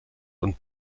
und